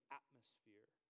atmosphere